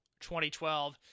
2012